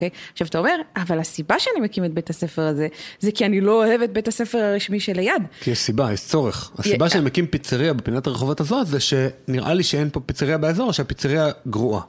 עכשיו אתה אומר, אבל הסיבה שאני מקים את בית הספר הזה, זה כי אני לא אוהב את בית הספר הרשמי שליד. כי יש סיבה, יש צורך. הסיבה שאני מקים פיצריה בפינת הרחובות הזאת זה שנראה לי שאין פה פיצריה באזור, שהפיצריה גרועה.